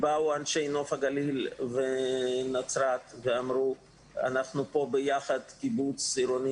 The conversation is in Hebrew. באו אנשי נוף הגליל ונצרת ואמרו אנחנו פה ביחד קיבוץ עירוני